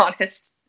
honest